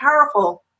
powerful